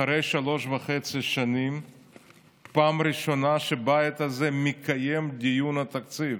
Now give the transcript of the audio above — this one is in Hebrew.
פעם ראשונה אחרי שלוש שנים וחצי שהבית הזה מקיים דיון על התקציב,